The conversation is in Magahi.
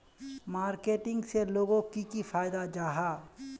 मार्केटिंग से लोगोक की फायदा जाहा?